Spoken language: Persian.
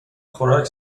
خوراک